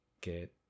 get